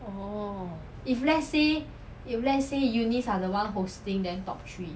orh